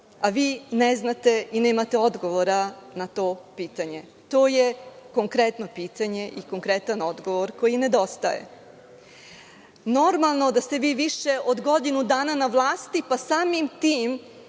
A vi ne znate i nemate odgovora na to pitanje. To je konkretno pitanje i konkretan odgovor koji nedostaje. Normalno da ste vi više od godinu dana na vlasti pa samim tim